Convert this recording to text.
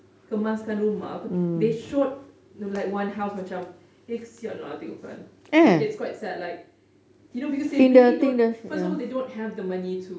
kemaskan rumah they showed like one house macam eh kesian lah I tengokkan like it's quite sad like you know because they really don't first of all they don't have the money to